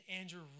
Andrew